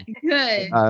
good